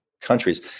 countries